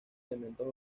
elementos